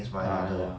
ah ya